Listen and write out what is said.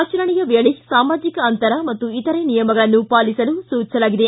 ಆಚರಣೆಯ ವೇಳೆ ಸಾಮಾಜಿಕ ಅಂತರ ಮತ್ತು ಇತರೆ ನಿಯಮಗಳನ್ನು ಪಾಲಿಸಲು ಸೂಚಿಸಲಾಗಿದೆ